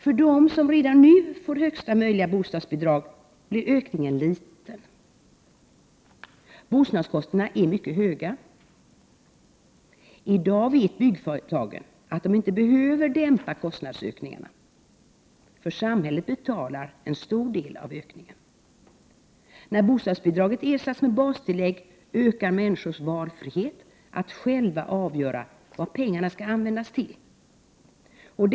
För dem som redan nu får högsta möjliga bostadsbidrag blir ökningen liten. Bostadskostnaderna är mycket höga. I dag vet byggföretagen att de inte behöver dämpa kostnadsökningarna, eftersom samhället betalar en stor del av ökningarna. När bostadsbidraget ersätts med bastillägg kommer människors valfrihet att själva avgöra vad pengarna skall användas till att öka.